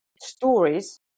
stories